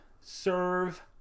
serve